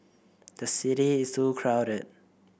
the city is too crowded